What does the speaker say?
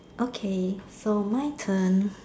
okay so my turn